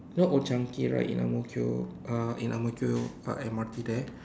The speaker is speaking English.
you know old chang-kee right in Ang-Mo-Kio uh in Ang-Mo-Kio uh M_R_T there